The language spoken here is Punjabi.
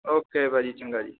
ਓਕੇ ਭਾਅ ਜੀ ਚੰਗਾ ਜੀ